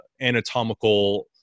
anatomical